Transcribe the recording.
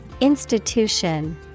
Institution